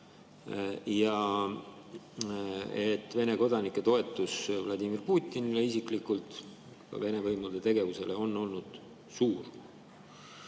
ja et Vene kodanike toetus Vladimir Putinile isiklikult, ka Vene võimude tegevusele, on olnud suur.